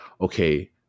okay